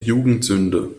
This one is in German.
jugendsünde